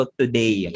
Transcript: today